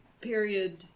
period